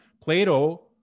plato